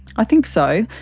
i think so,